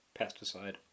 pesticide